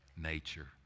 nature